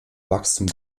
wachstum